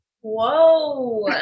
Whoa